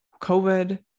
COVID